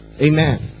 Amen